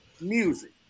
music